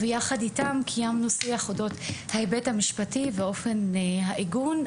ויחד איתם קיימנו שיח אודות ההיבט המשפטי ואופן העיגון,